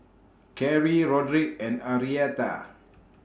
Carey Roderick and Arietta